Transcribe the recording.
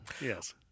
Yes